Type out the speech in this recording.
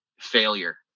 failure